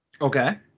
Okay